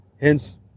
hence